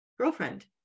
girlfriend